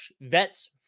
vets